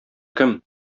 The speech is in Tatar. кем